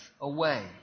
away